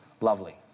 Lovely